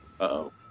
Uh-oh